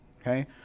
Okay